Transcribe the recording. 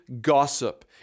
gossip